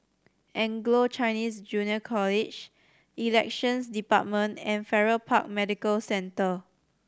Anglo Chinese Junior College Elections Department and Farrer Park Medical Centre